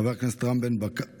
חבר הכנסת רם בן ברק,